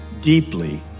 deeply